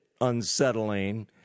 unsettling